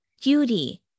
beauty